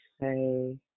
say